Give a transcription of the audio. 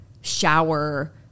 shower